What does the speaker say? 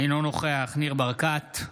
אינו נוכח ניר ברקת,